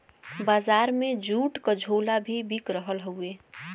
बजार में जूट क झोला भी बिक रहल हउवे